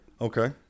Okay